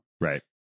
Right